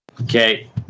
Okay